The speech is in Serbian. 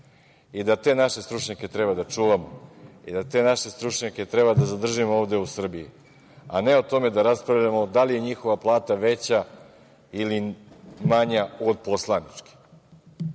i da te naše stručnjake treba da čuvamo i da te naše stručnjake treba da zadržimo ovde u Srbiji, a ne o tome da raspravljamo da li je njihova plata veća ili manja od poslaničke.